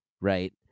right